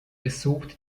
besuchte